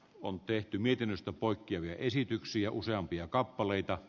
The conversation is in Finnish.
on tehty mietinnöstä poikkeavia esityksiä useampia kappaleita